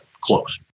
close